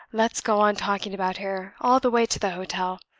let's go on talking about her all the way to the hotel.